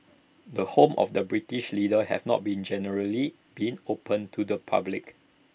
the homes of British leaders have not generally been open to the public